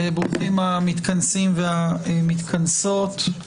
ברוכים המתכנסים והמתכנסות.